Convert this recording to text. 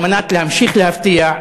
על מנת להמשיך להפתיע,